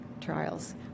trials